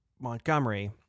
Montgomery